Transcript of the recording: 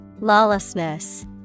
Lawlessness